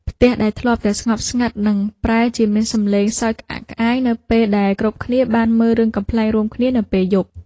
ផ្ទះដែលធ្លាប់តែស្ងប់ស្ងាត់នឹងប្រែជាមានសម្លេងសើចក្អាកក្អាយនៅពេលដែលគ្រប់គ្នាបានមើលរឿងកំប្លែងរួមគ្នានៅពេលយប់។